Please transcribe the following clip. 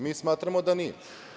Mi smatramo da nije.